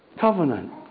covenant